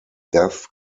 death